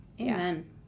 Amen